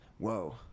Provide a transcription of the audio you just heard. Whoa